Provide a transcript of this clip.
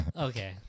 Okay